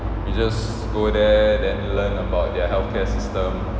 you just go there then you learn about their healthcare system